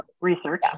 research